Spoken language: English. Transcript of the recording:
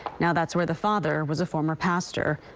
now that's where the father was a former pastor.